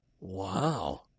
wow